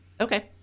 Okay